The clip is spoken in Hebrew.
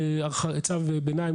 לפעמים זה עצבים,